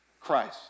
Christ